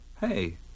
Hey